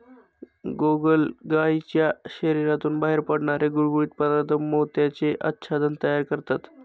गोगलगायीच्या शरीरातून बाहेर पडणारे गुळगुळीत पदार्थ मोत्याचे आच्छादन तयार करतात